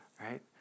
right